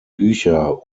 bücher